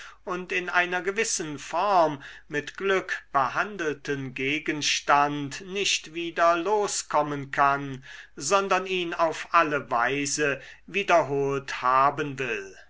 und in einer gewissen form mit glück behandelten gegenstand nicht wieder loskommen kann sondern ihn auf alle weise wiederholt haben will